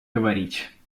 говорить